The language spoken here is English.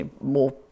more